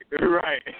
Right